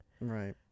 Right